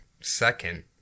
Second